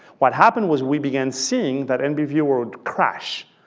what happened was we began seeing that and nbviewer would crash.